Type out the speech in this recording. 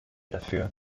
dafür